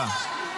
ובגלל מי?